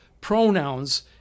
pronouns